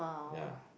ya